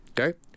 Okay